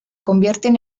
convierten